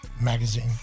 magazine